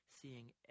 seeing